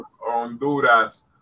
honduras